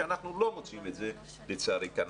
שאנחנו לא מוצאים את זה לצערי כאן.